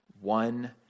one